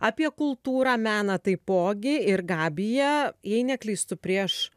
apie kultūrą meną taipogi ir gabiją jei neklystu prieš